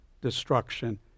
destruction